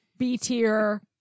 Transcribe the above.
b-tier